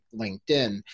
LinkedIn